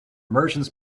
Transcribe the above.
merchants